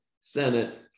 Senate